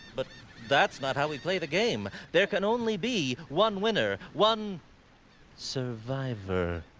but that's not how we play the game. there can only be one winner, one survivor.